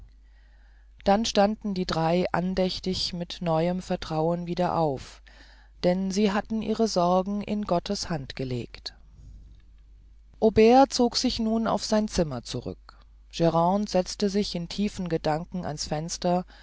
dann standen die drei andächtigen mit neuem vertrauen wieder auf denn sie hatten ihre sorgen in gottes hand gelegt aubert zog sich nun auf sein zimmer zurück grande setzte sich in tiefen gedanken an's fenster